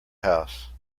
house